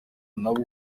nabo